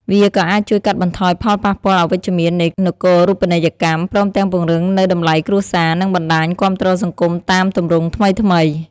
វាក៏អាចជួយកាត់បន្ថយផលប៉ះពាល់អវិជ្ជមាននៃនគរូបនីយកម្ម ព្រមទាំងពង្រឹងនូវតម្លៃគ្រួសារ និងបណ្ដាញគាំទ្រសង្គមតាមទម្រង់ថ្មីៗ។